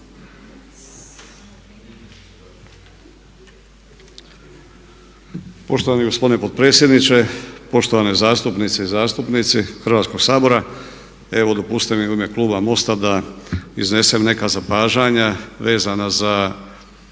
Poštovani gospodine potpredsjedniče, poštovane zastupnice i zastupnici Hrvatskog sabora evo dopustite mi u ime kluba MOST-a da iznesem neka zapažanja vezana za